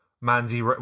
Mandy